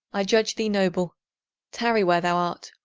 i judge thee noble tarry where thou art,